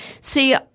see